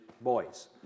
boys